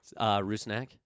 Rusnak